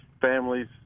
families